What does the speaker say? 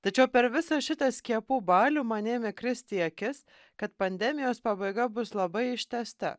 tačiau per visą šitą skiepų balių man ėmė kristi į akis kad pandemijos pabaiga bus labai ištęsta